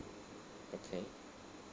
okay